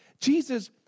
Jesus